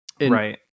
Right